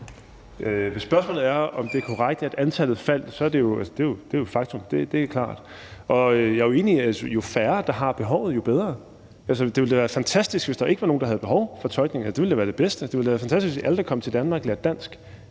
Hvis spørgsmålet er, om det er korrekt, at antallet faldt, så ja, det er jo et faktum; det er klart. Og jeg er enig i, at jo færre der har behovet, jo bedre. Altså, det ville da være fantastisk, hvis der ikke var nogen, der havde behov for tolkning; det ville da være det bedste. Det ville da være fantastisk, hvis alle, der kom til Danmark, lærte dansk.